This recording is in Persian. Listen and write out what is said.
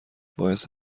باعث